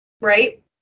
Right